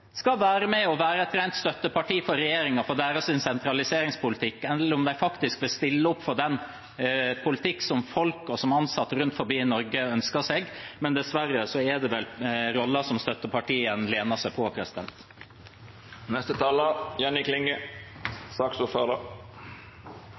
skal være med og være et rent støtteparti for regjeringen, for deres sentraliseringspolitikk, eller om de faktisk vil stille opp for den politikken som folk og ansatte rundt om i Norge ønsker seg. Dessverre er det vel rollen som støtteparti en lener seg på.